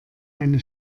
eine